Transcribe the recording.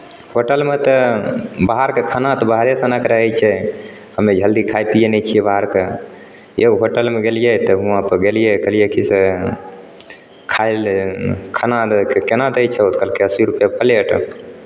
होटलमे तऽ बाहरके खाना तऽ बाहरे सनक रहै छै हम्मे जल्दी खाइ पीयै नहि छियै बाहरके एगो होटलमे गेलियै तब हुआँपर गेलियै कहलियै की से खाइ लए खाना लेबै से केना दै छहो तऽ कहलकै अस्सी रुपैए पलेट